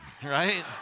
right